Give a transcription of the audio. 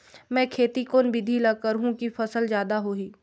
मै खेती कोन बिधी ल करहु कि फसल जादा होही